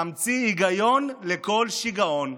ממציא היגיון לכל שיגעון,